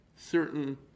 Certain